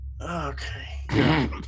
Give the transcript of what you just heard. Okay